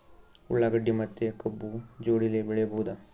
ಉಳ್ಳಾಗಡ್ಡಿ ಮತ್ತೆ ಕಬ್ಬು ಜೋಡಿಲೆ ಬೆಳಿ ಬಹುದಾ?